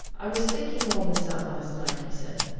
i was thinking all this out last night, he said,